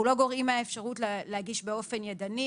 התשמ"א-1981." אנחנו לא גורעים מהאפשרות להגיש באופן ידני,